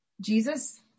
Jesus